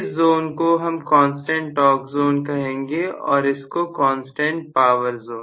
इस जोन को हम कांस्टेंट टॉर्क जोन कहेंगे और इसको कांस्टेंट पावर जोन